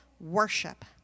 worship